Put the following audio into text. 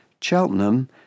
Cheltenham